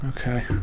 Okay